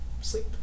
sleep